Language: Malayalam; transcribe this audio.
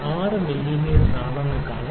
6 മില്ലീമീറ്ററാണെന്ന് കാണാം